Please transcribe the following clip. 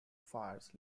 fires